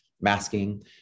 masking